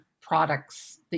products